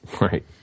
Right